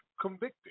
convicted